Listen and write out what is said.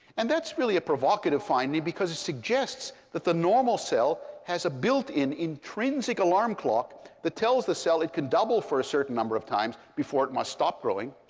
and that's really a provocative finding, because it suggests that the normal cell has a built in intrinsic alarm clock that tells the cell it can double for a certain number of times before it must stop growing.